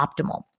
optimal